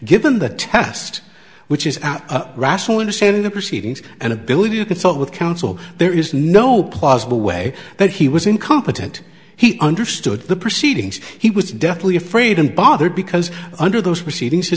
given the test which is our rational understanding the proceedings and ability to consult with counsel there is no possible way that he was incompetent he understood the proceedings he was deathly afraid and bothered because under those proceedings